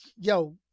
yo